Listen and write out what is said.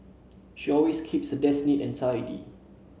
she always keeps her desk neat and tidy